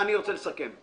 אני רוצה לסכם.